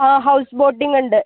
ആ ഹൗസ് ബോട്ടിങ്ങൊണ്ട്